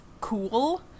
cool